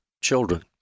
children